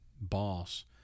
boss